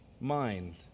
mind